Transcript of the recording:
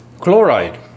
Chloride